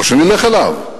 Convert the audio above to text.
או שנלך אליו,